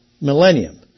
millennium